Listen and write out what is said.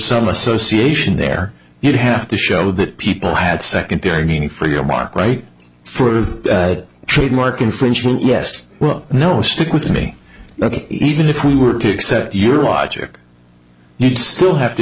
some association there you'd have to show that people had secondary meaning for your bar right for trademark infringement yest no stick with me but even if we were to accept your logic you'd still have to